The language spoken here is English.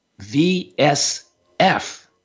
VSF